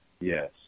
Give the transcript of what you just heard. Yes